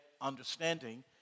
understanding